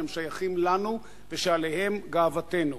הם שייכים לנו ושעליהם גאוותנו,